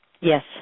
Yes